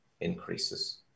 increases